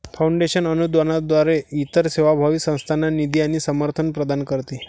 foundation अनुदानाद्वारे इतर सेवाभावी संस्थांना निधी आणि समर्थन प्रदान करते